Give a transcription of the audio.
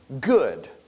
good